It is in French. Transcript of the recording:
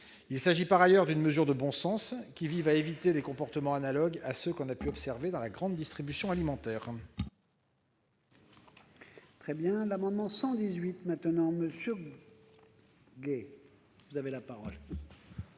Il s'agit par ailleurs d'une mesure de bon sens visant à éviter les comportements analogues à ceux que l'on a pu observer dans la grande distribution alimentaire.